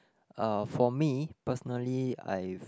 uh for me personally I've